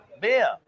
beer